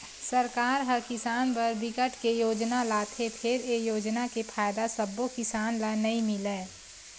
सरकार ह किसान बर बिकट के योजना लाथे फेर ए योजना के फायदा सब्बो किसान ल नइ मिलय